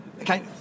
Okay